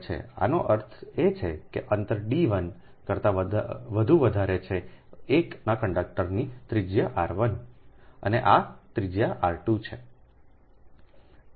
આનો અર્થ એ છે કે આ અંતર d 1 કરતાં વધુ વધારે છે 1 આ કંડક્ટરની ત્રિજ્યા r 1 છે અને આ ત્રિજ્યા r 2 છે